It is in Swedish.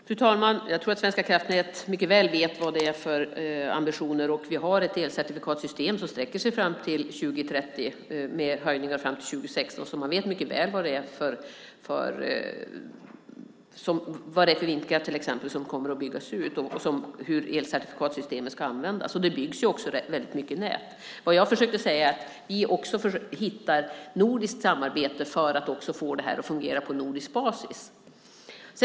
Fru talman! Jag tror att Svenska kraftnät mycket väl vet vad det finns för ambitioner. Vi har ett elcertifikatssystem som sträcker sig fram till 2030 med höjningar fram till 2016, så man vet mycket väl vad det till exempel är för vindkraft som kommer att byggas ut och hur elcertifikatssystemet ska användas. Det byggs också väldigt mycket nät. Det jag försökte framhålla är att vi bör hitta ett nordiskt samarbete för att också få det här att fungera på nordisk basis.